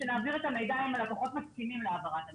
שנעביר את המידע אם הלקוחות מסכימים להעברת המידע.